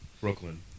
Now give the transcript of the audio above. Brooklyn